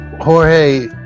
Jorge